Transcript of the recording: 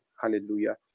Hallelujah